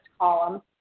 column